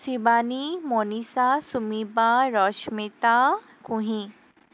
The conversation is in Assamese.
শিৱানী মনীষা চুমিবা ৰশ্মিতা কুঁহি